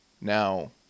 Now